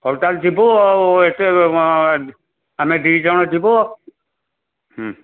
ହଉ ତାହେଲେ ଯିବୁ ଆଉ ଏତେ ଆମେ ଦୁଇ ଜଣ ଯିବୁ ହୁଁ